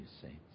saints